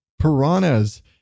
piranhas